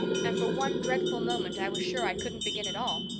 and for one dreadful moment i was sure i couldn't begin at all.